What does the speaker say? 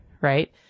right